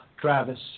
Travis